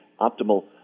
optimal